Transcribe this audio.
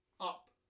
up